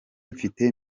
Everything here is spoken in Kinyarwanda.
mfite